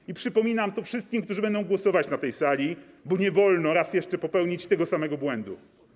I przypominam to wszystkim, którzy będą głosować na tej sali, bo nie wolno raz jeszcze popełnić tego samego błędu.